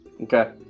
Okay